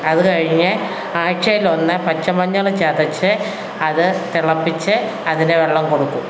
അതു കഴിഞ്ഞ് ആഴ്ചയിലൊന്ന് പച്ചമഞ്ഞൾ ചതച്ച് അതു തിളപ്പിച്ച് അതിൻ്റെ വെള്ളം കൊടുക്കും